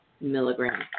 milligram